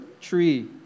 tree